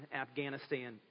Afghanistan